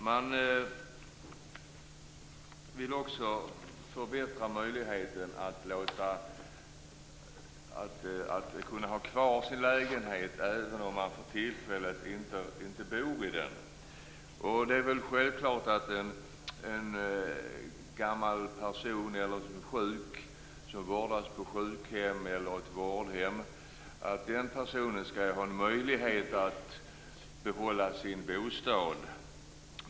Man vill också förbättra möjligheten att ha kvar sin lägenhet även om man för tillfället inte bor i den. Det är självklart att en gammal eller sjuk person, som vårdas på sjukhem eller vårdhem, skall ha möjlighet att behålla sin bostad.